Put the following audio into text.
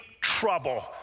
trouble